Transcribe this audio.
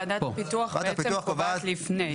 ועדת הפיתוח בעצם קובעת לפני.